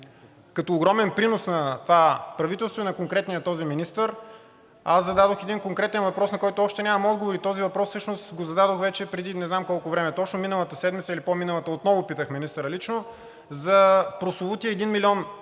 като огромен принос на това правителство, аз зададох на този министър един конкретен въпрос, на който още нямам отговор. Този въпрос всъщност го зададох вече преди не знам колко време, точно миналата седмица или по-миналата, и отново питах министъра лично за прословутия 1 милион,